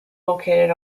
located